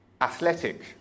Athletic